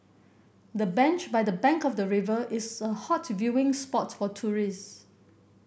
the bench by the bank of the river is a hot viewing spot for tourist